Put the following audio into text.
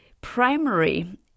primary